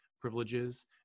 privileges